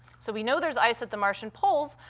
so we know there's ice at the martian poles.